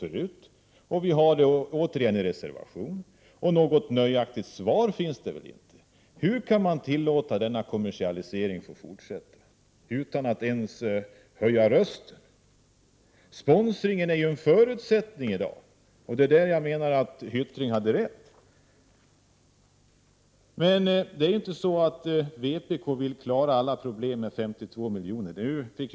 Vi har också tagit upp saken i en reservation, men något nöjaktigt svar har väl inte givits, utan det verkar som om man tycker att idrottsrörelsen egentligen inte har några problem. Sponsringen är ju en förutsättning för idrottsrörelsen i dag, och det är där jag menar att Hyttring har rätt. Det är inte så att vpk vill klara alla problem med 52 milj.kr.